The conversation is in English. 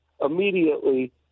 Immediately